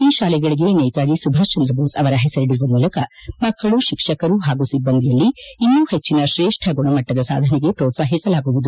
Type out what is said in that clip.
ಈ ಶಾಲೆಗಳಿಗೆ ನೇತಾಜಿ ಸುಭಾಷ್ಜಂದ್ರ ಬೋಸ್ ಅವರ ಹೆಸರಿಡುವ ಮೂಲಕ ಮಕ್ಕಳು ಶಿಕ್ಷಕರು ಹಾಗೂ ಸಿಬ್ಬಂದಿಯಲ್ಲಿ ಇನ್ನೂ ಹೆಚ್ಚಿನ ಶ್ರೇಷ್ಠ ಗುಣಮಟ್ಟದ ಸಾಧನೆಗೆ ಪೋತ್ಸಾಹಿಸಲಾಗುವುದು